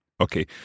Okay